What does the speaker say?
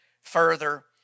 further